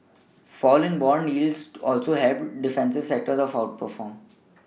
a fall in bond yields also helped defensive sectors outperform